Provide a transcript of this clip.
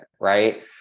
right